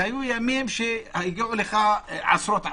והיו ימים שהגיעו לך עשרות עצורים.